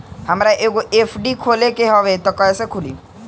हमरा एगो एफ.डी खोले के हवे त कैसे खुली?